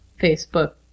Facebook